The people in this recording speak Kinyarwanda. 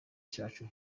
cyacu